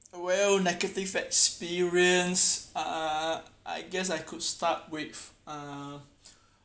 well negative experience uh I guess I could start with uh